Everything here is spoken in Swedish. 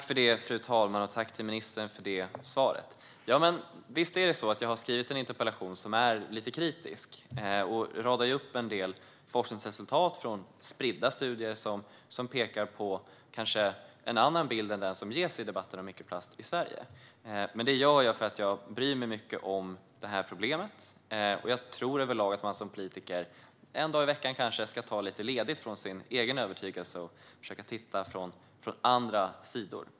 Fru talman! Jag tackar ministern för detta svar. Visst är det så att jag har skrivit en interpellation som är lite kritisk, och jag radar upp en del forskningsresultat från spridda studier som kanske pekar på en annan bild än den som ges i debatten om mikroplaster i Sverige. Det gör jag för att jag bryr mig mycket om detta problem. Jag tror överlag att man som politiker kanske en dag i veckan ska ta lite ledigt från sin egen övertygelse och titta på saker från andra sidor.